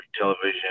television